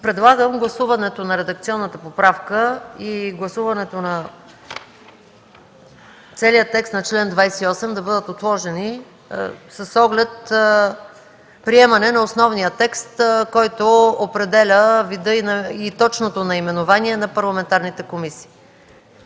Предлагам гласуването на редакционната поправка и гласуването на целия текст на чл. 28 да бъдат отложени с оглед приемане на основния текст, който определя вида и точното наименование на парламентарните комисии.